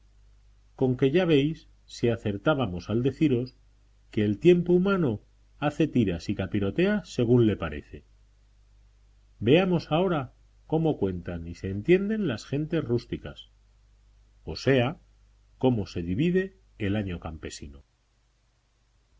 adviento conque ya veis si acertábamos al deciros que el tiempo humano hace tiras y capirotea según le parece veamos ahora cómo cuentan y se entienden las gentes rústicas o sea cómo se divide el año campesino